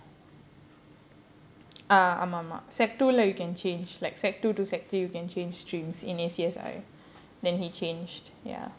ah ஆமா ஆமா:aamaa aamaa secondary two leh you can change like secondary two to secondary three you can change streams in A_C_S_I then he changed ya